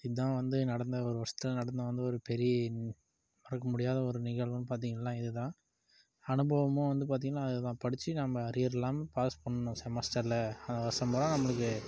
இதான் வந்து நடந்த ஒரு வருஷத்தில் நடந்த வந்து ஒரு பெரிய மறக்க முடியாத ஒரு நிகழ்வுன்னு பாத்திங்கனா இதுதான் அனுபவமும் வந்து பார்த்திங்கனா அது தான் படித்து நம்ம அரியர் இல்லாமல் பாஸ் பண்ணணும் செமஸ்ட்டரில் அந்த வருஷம் ஃபுல்லாக நம்மளுக்கு